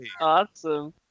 awesome